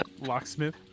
locksmith